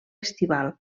estival